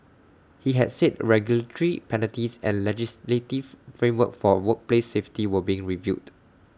he had said regulatory penalties and legislative framework for workplace safety were being reviewed